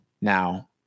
now